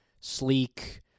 sleek